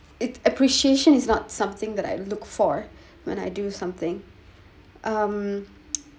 it appreciation is not something that I look for when I do something um